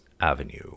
Avenue